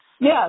yes